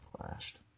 flashed